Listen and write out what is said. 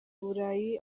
burayi